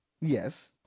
Yes